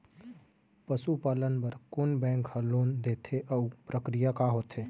पसु पालन बर कोन बैंक ह लोन देथे अऊ प्रक्रिया का होथे?